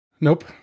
Nope